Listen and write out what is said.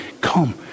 Come